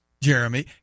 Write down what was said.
Jeremy